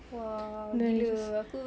!wah! gila aku